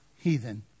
heathen